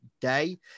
day